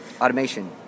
Automation